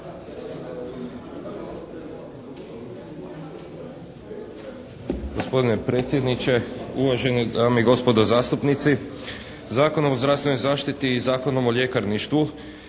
Gospodine predsjedniče, uvažene dame i gospodo zastupnici. Zakonom o zdravstvenoj zaštiti i Zakonom o ljekarništvu